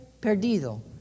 perdido